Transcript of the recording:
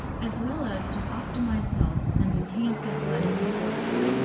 as well as to optimize health and enhance athletic performance.